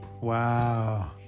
Wow